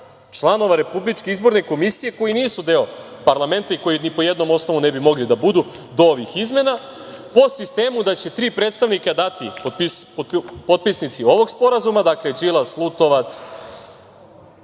članova RIK koji nisu deo parlamenta i koji ni po jednom osnovu ne bi mogli da budu do ovih izmena, po sistemu da će tri predstavnika dati potpisnici ovog sporazuma, dakle, Đilas, Lutovac,